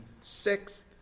sixth